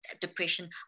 Depression